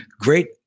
great